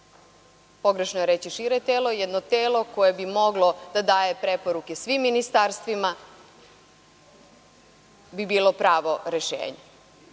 pogrešno je reći šire telo, jedno telo koje bi moglo da daje preporuke svim ministarstvima bi bilo pravo rešenje.